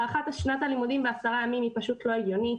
הארכת שנת הלימודים בעשרה ימים היא פשוט לא הגיונית,